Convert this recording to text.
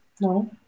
No